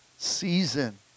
season